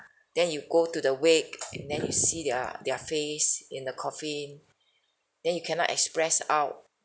then you go to the wake and then you see their their face in the coffin then you cannot express out